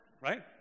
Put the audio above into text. Right